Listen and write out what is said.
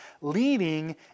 leading